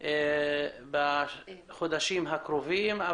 בחודשים הקרובים.